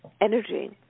energy